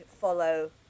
follow